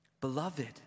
Beloved